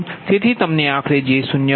તેથી તમને આખરે j 0